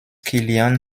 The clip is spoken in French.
kilian